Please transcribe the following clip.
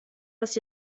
was